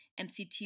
MCT